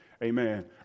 Amen